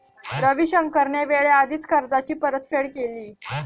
रविशंकरने वेळेआधीच कर्जाची परतफेड केली